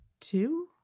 two